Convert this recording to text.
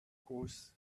course